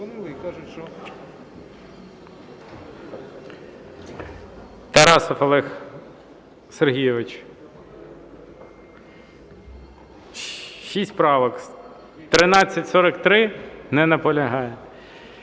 Тарасов Олег Сергійович. Шість правок. 1343. Не наполягає.